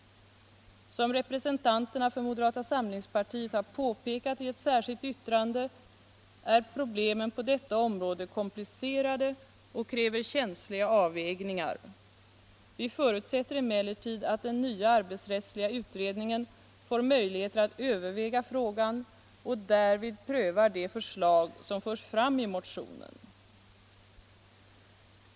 Som representanterna för moderata samlingspartiet har påpekat i särskilt yttrande är problemen på detta område komplicerade och kräver känsliga avvägningar. Vi förutsätter emellertid att den nya arbetsrättliga utredningen får möjligheter att överväga frågan och därvid pröva de förslag som förs fram i motionen.